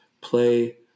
play